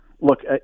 Look